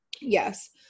Yes